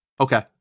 Okay